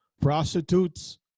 prostitutes